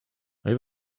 have